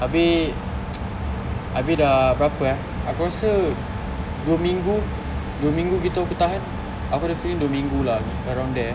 abeh abeh dah berapa eh aku rasa dua minggu dua minggu gitu aku tahan aku ada feeling dua minggu lah around there